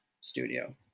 studio